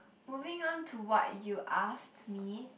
moving on to what you asked me